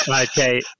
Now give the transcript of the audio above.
Okay